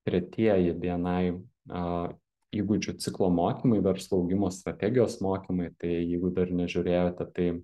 tretieji bni a įgūdžių ciklo mokymai verslo augimo strategijos mokymai tai jeigu dar nežiūrėjote tai